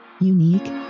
unique